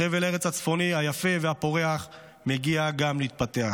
גם לחבל הארץ הצפוני היפה והפורח מגיע להתפתח.